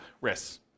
risks